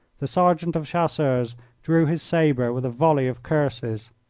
the sergeant of chasseurs drew his sabre with a volley of curses.